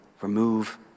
remove